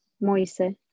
Moise